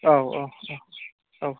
औ औ औ औ